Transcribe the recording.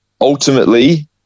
ultimately